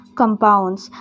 compounds